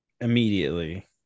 immediately